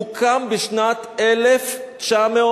הוקם בשנת 1964,